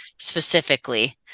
specifically